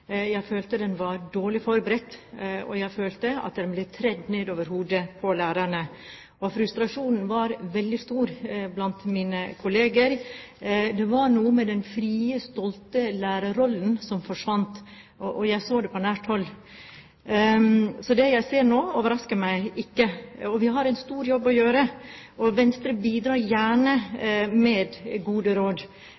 jeg følte den var dårlig forberedt, og jeg følte at den ble tredd ned over hodet på lærerne. Frustrasjonen var veldig stor blant mine kolleger. Det var noe med den frie, stolte lærerrollen som forsvant, og jeg så det på nært hold. Så det jeg ser nå, overrasker meg ikke. Vi har en stor jobb å gjøre, og Venstre bidrar gjerne